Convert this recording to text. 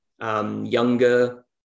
younger